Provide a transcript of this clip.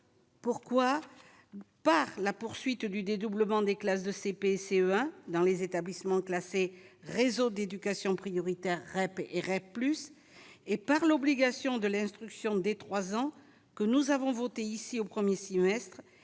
pourquoi pas la poursuite du dédoublement des classes de CP, CE1 dans les établissements, classé réseau d'éducation prioritaire REP et REP plus et par l'obligation de l'instruction des 3 ans que nous avons voté ici au 1er semestre